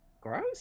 gross